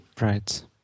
Right